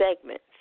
segments